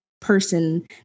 person